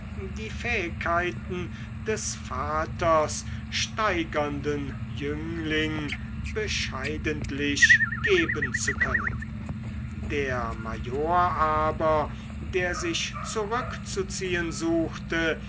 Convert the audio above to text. die fähigkeiten des vaters steigernden jüngling bescheidentlich geben zu können der major aber der sich zurückzuziehen suchte